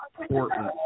important